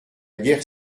guerre